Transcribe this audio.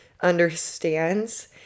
understands